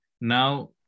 Now